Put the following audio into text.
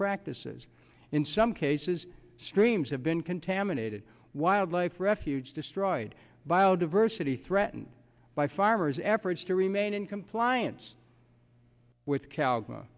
practices in some cases streams have been contaminated wildlife refuge destroyed biodiversity threatened by farmers efforts to remain in compliance with c